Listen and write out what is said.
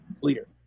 leader